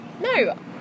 No